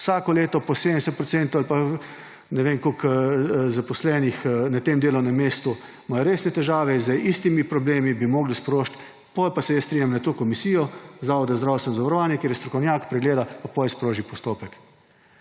vsako leto po 70 % ali pa ne vem, koliko zaposlenih, na tem delovnem mestu resne težave z istimi problemi, bi morali sprožiti. Potem pa se jaz strinjam s to komisijo Zavoda za zdravstveno zavarovanje, kjer je strokovnjak, ta pregleda pa potem sproži postopek.